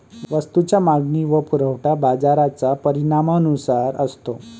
वस्तूची मागणी व पुरवठा बाजाराच्या परिणामानुसार असतो